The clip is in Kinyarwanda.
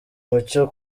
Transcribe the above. mucyo